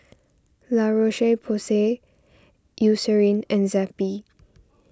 La Roche Porsay Eucerin and Zappy